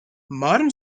modern